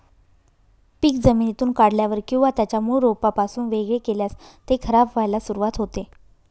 पीक जमिनीतून काढल्यावर किंवा त्याच्या मूळ रोपापासून वेगळे केल्यास ते खराब व्हायला सुरुवात होते